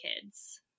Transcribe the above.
kids